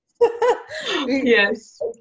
yes